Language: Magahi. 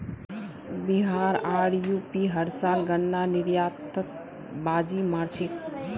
बिहार आर यू.पी हर साल गन्नार निर्यातत बाजी मार छेक